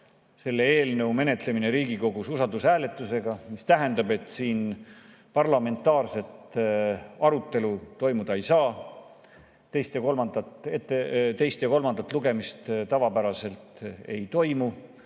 selle eelnõu menetlemise Riigikogus usaldushääletusega. See tähendab, et siin parlamentaarset arutelu toimuda ei saa, teist ja kolmandat lugemist tavapäraselt ei toimu,